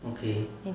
okay